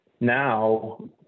now